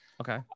Okay